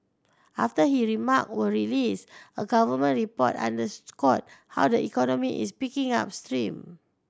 after he remark were released a government report underscored how the economy is picking up stream